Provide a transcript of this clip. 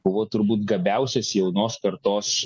buvo turbūt gabiausias jaunos kartos